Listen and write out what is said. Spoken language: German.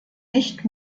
nicht